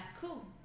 cool